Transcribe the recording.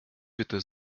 bitte